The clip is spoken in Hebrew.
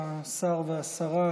השר והשרה,